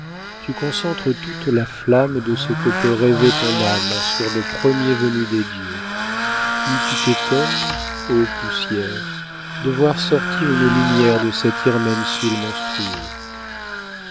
tu concentres toute la flamme de ce que peut rêver ton âme sur le premier venu des dieux puis tu t'étonnes ô poussière de voir sortir une lumière de cet irmensul monstrueux